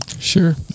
sure